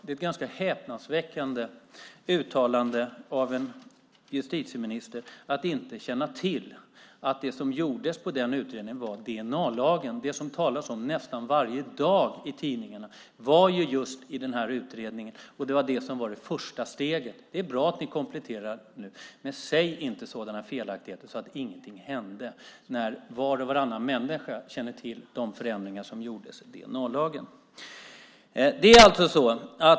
Det är ganska häpnadsväckande att en justitieminister inte känner till att det som gjordes efter den utredningen var införandet av dna-lagen. Den talas det om nästan varje dag i tidningarna, och det fanns med i den här utredningen. Det var det första steget. Det är bra att ni kompletterar nu, men säg inte sådana felaktigheter som att ingenting hände när var och varannan människa känner till de förändringar som gjordes i dna-lagen.